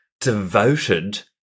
devoted